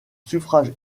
suffrage